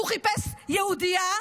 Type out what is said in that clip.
הוא חיפש יהודייה,